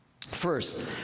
First